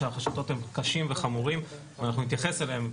שהחשדות הם קשים וחמורים ואנחנו נתייחס אליהם,